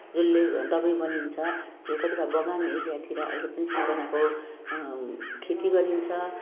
जसले दबाई बनिन्छ यो कतिवटा बगान एरियातिर अहिले पनि सिनकोनाको खेति गरिन्छ